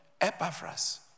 Epaphras